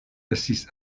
estis